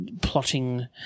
plotting